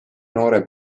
noore